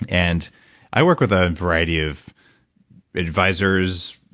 and i work with a variety of advisors,